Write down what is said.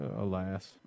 Alas